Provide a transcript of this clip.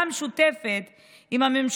מה היא